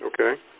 Okay